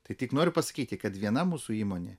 tai tik noriu pasakyti kad viena mūsų įmonė